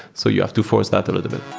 so you have to force that a little